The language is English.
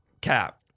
Cap